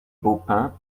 baupin